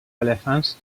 elefants